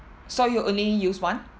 so you only use one